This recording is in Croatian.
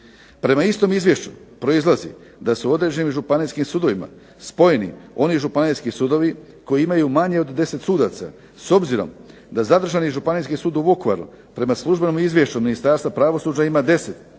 Prema istom izvješću proizlazi da se u određenim županijskim sudovima spojeni oni županijski sudovi koji imaju manje od 10 sudaca s obzirom da zadržani Županijski sud u Vukovaru prema službenom izvješću Ministarstva pravosuđa ima 10